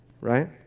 right